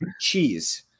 cheese